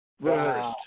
rehearsed